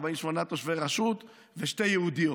48 תושבי רשות ושתי יהודיות.